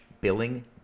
billing